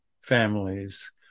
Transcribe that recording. families